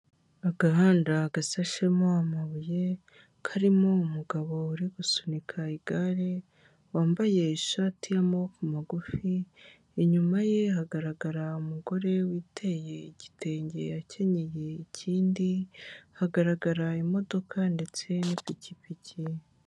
Agahanda gasashemo amabuye, karimo umugabo uri gusunika igare, wambaye ishati y'amaboko magufi, inyuma ye hagaragara umugore witeye igitenge akenyeye ikindi, hagaragara imodoka ndetse n'ipikipiki.